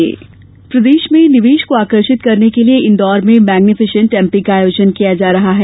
magnificent प्रदेश में निवेश को आकर्षित करने के लिए इंदौर में मैग्निफिसेंट एमपी का आयोजन किया जा रहा है